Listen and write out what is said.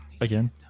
again